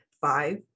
five